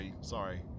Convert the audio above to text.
Sorry